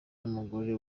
n’umugore